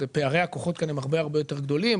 פערי הכוחות כאן הם הרבה הרבה יותר גדולים.